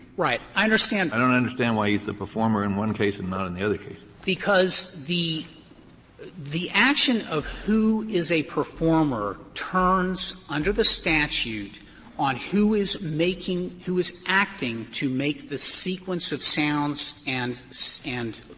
right. i understand kennedy i don't understand why he is the performer in one case and not in the other case. frederick because the the action of who is a performer turns under the statute on who is making who is acting to make the sequence of sounds and and